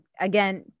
again